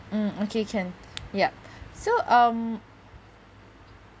mm okay can yup so um